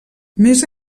més